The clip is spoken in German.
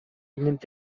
nimmt